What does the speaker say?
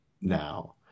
now